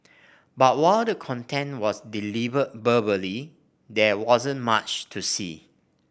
but while the content was delivered verbally there wasn't much to see